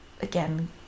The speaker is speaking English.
again